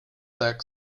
deck